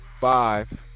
five